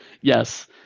Yes